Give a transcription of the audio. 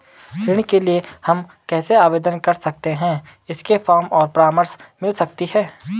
ऋण के लिए हम कैसे आवेदन कर सकते हैं इसके फॉर्म और परामर्श मिल सकती है?